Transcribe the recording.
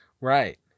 Right